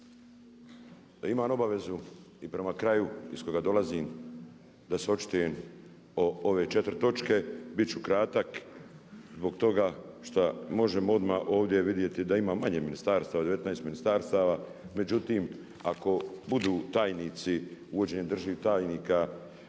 Da imam obavezu i prema kraju iz kojega dolazim da se očitujem o ove četiri točke. Bit ću kratak zbog toga šta možemo odmah ovdje vidjeti da ima manje ministarstava, 19 ministarstava. Međutim, ako budu tajnici, uvođenjem državnih tajnika